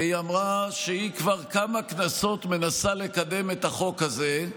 והיא אמרה שהיא כבר כמה כנסות מנסה לקדם את החוק הזה.